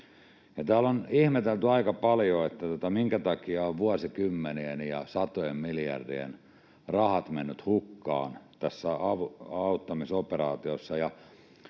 täällä on ihmetelty aika paljon, minkä takia on vuosikymmeniä ja satojen miljardien rahat menneet hukkaan tässä auttamisoperaatiossa,